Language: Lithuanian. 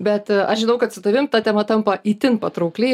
bet aš žinau kad su tavim ta tema tampa itin patraukli